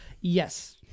Yes